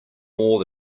more